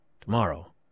tomorrow